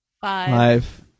five